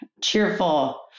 cheerful